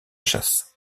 chasse